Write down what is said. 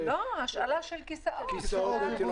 השאלה של כיסאות.